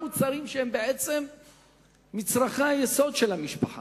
מוצרים שהם בעצם מצרכי היסוד של המשפחה?